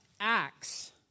acts